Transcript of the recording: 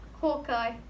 Hawkeye